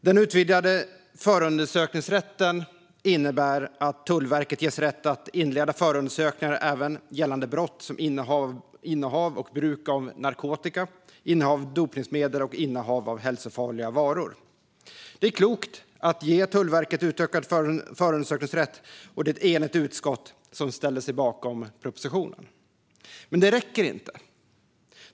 Den utvidgade förundersökningsrätten innebär att Tullverket ges rätt att inleda förundersökning även gällande brott som innehav eller bruk av narkotika, innehav av dopningsmedel och innehav av hälsofarliga varor. Det är klokt att ge Tullverket utökad förundersökningsrätt, och det är ett enigt utskott som ställer sig bakom propositionen. Men det räcker inte.